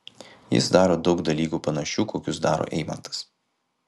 jis daro daug dalykų panašių kokius daro eimantas